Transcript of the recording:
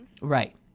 Right